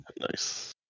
Nice